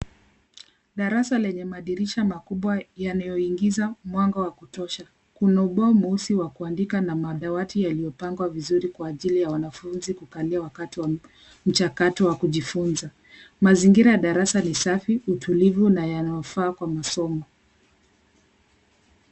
Darasa lenye madirisha makubwa yanayoingiza mwanga wa kutosha, kuna ubao mweusi wa kuandika na madawati yaliyopangwa vizuri kwa ajili ya wanafunzi kukalia wakati wa mchakato wa kujifunza . Mazingira ya darasa ni safi, utulivu na yanayofaa kwa masomo.